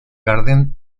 garden